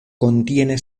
contiene